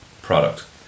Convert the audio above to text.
product